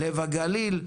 לב הגליל,